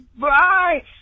Bye